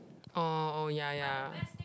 oh oh ya ya